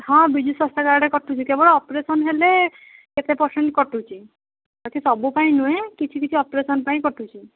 ହଁ ବିଜୁ ସ୍ୱାସ୍ଥ୍ୟ କାର୍ଡ଼ରେ କଟୁଛି କେବଳ ଅପରେସନ୍ ହେଲେ କେତେ ପରସେଣ୍ଟ୍ କଟୁଛି ବାକି ସବୁପାଇଁ ନୁହେଁ କିଛି କିଛି ଅପରେସନ୍ ପାଇଁ କଟୁଛି